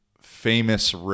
famous